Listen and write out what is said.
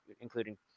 including